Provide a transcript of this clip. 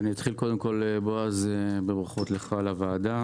אני אתחיל קודם כול, בועז, עם ברכות לך ולוועדה.